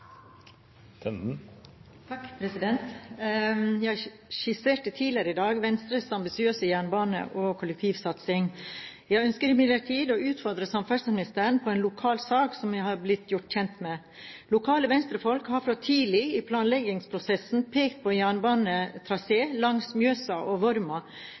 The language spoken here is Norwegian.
Jeg skisserte tidligere i dag Venstres ambisiøse jernbane- og kollektivsatsing. Jeg ønsker imidlertid å utfordre samferdselsministeren på en lokal sak som jeg er blitt gjort kjent med. Lokale Venstre-folk har fra tidlig i planleggingsprosessen pekt på at en jernbanetrasé langs Mjøsa og Vorma